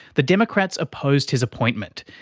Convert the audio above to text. the democrats opposed his appointment,